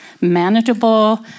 manageable